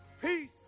peace